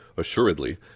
Assuredly